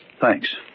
Thanks